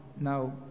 now